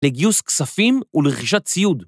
‫לגיוס כספים ולרכישת ציוד.